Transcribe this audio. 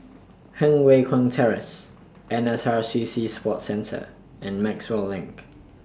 Heng Way Keng Terrace N S R C C Sports Centre and Maxwell LINK